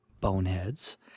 boneheads